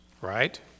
Right